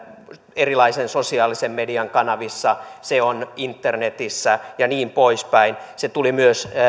erilaisen sosiaalisen median kanavissa se on internetissä ja niin poispäin se tuli myös